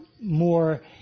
more